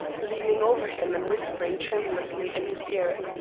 leaning over him and whispering tremulously in his ear,